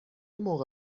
موقع